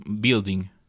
building